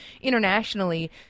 internationally